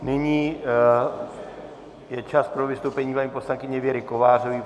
Nyní je čas pro vystoupení paní poslankyně Věry Kovářové.